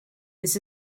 this